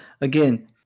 Again